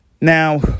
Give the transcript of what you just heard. Now